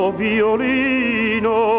violino